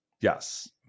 Yes